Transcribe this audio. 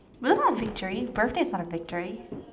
will not victory birthday is not a victory